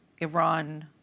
Iran